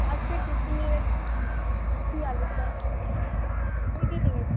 আজকে টিফিন নিয়ে গিয়েছিলাম লুচি আলুর দম তুই কী নিয়ে গিয়েছিলি